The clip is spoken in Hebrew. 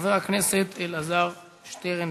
חבר הכנסת אלעזר שטרן,